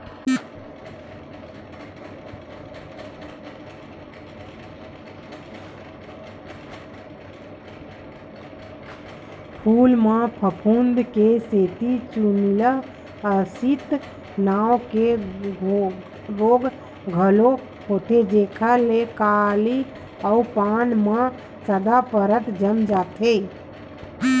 फूल म फफूंद के सेती चूर्निल आसिता नांव के रोग घलोक होथे जेखर ले कली अउ पाना म सादा परत जम जाथे